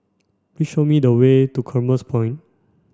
please show me the way to Commerce Point